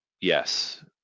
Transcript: yes